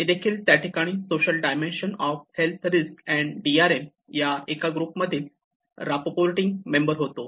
मी देखील त्या ठिकाणी social dimension of risk health and D R M Social Dimension of Risk Health and DRM या एका ग्रुपमधील रापपोर्टेउरिंग मेंबर होतो